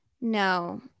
No